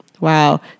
Wow